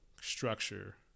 structure